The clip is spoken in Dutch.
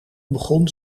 begon